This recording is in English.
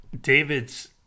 David's